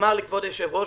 כבוד היושב-ראש,